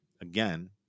again